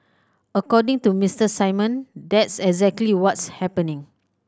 according to Mister Simon that's exactly what's happening